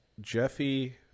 jeffy